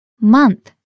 Month